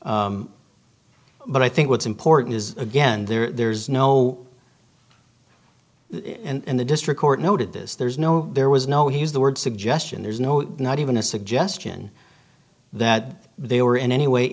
but i think what's important is again there's no and the district court noted this there's no there was no use the word suggestion there's no not even a suggestion that they were in any way